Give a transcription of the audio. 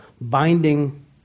binding